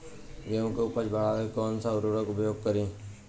गेहूँ के उपज बढ़ावेला कौन सा उर्वरक उपयोग करीं?